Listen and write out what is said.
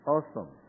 Awesome